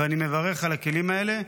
ואני מברך על הכלים האלה.